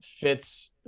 fits